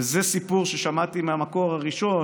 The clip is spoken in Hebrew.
וזה סיפור ששמעתי מהמקור הראשון,